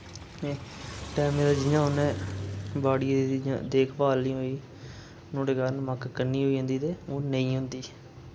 टैमे दा जि'यां उ'नैं बाड़िये दी जां दिक्खभाल निं होई नुआढ़े कारण मक्क कह्न्नी होई जंदी ते ओह् नेईं होंदी